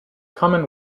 common